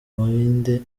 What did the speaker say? buhinde